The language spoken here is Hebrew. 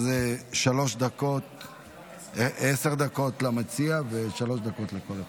אז עשר דקות למציע, ושלוש דקות לכל אחד.